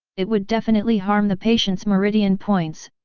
it would definitely harm the patient's meridian points,